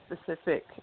specific